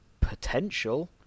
potential